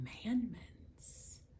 Commandments